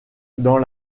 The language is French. dans